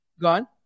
gone